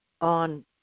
on